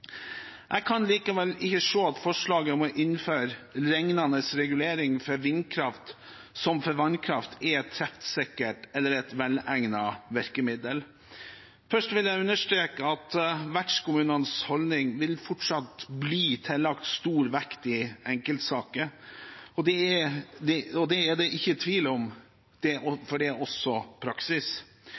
Jeg kan likevel ikke se at forslaget om å innføre en liknende regulering for vindkraft som for vannkraft er et treffsikkert eller velegnet virkemiddel. Først vil jeg understreke at vertskommunenes holdning fortsatt vil bli tillagt stor vekt i enkeltsaker. Det er det ikke tvil om, for det er også praksis.